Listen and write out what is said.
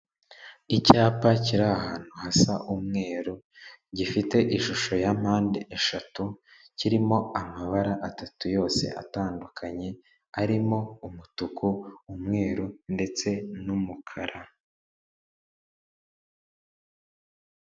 Icyapa kiri ahantu hasa umweru gifite ishusho ya mpande eshatu kirimo amabara atatu yose atandukanye arimo umutuku, umweru, ndetse n'umukara.